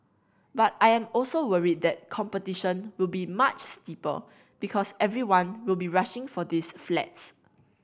but I am also worried that competition will be much steeper because everyone will be rushing for these flats